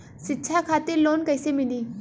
शिक्षा खातिर लोन कैसे मिली?